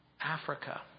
africa